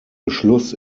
beschluss